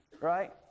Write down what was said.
right